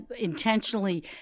intentionally